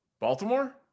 Baltimore